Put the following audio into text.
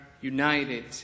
united